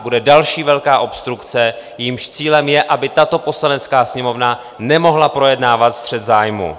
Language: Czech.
Bude další velká obstrukce, jejímž cílem je, aby tato Poslanecká sněmovna nemohla projednávat střet zájmů.